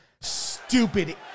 stupid